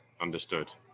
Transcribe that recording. Understood